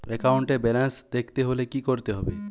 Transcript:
একাউন্টের ব্যালান্স দেখতে হলে কি করতে হবে?